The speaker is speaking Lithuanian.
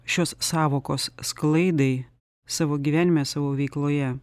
šios sąvokos sklaidai savo gyvenime savo veikloje